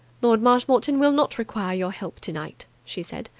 lord marshmoreton will not require your help tonight, she said.